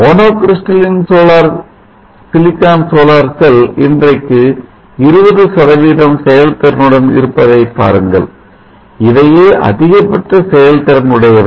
Monocrystalline silicon solar cell இன்றைக்கு 20 செயல்திறனுடன் இருப்பதை பாருங்கள் இவையே அதிக பட்ச செயல் திறன் உடையவை